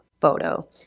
photo